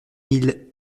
mille